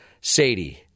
Sadie